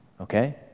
okay